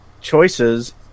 choices